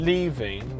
Leaving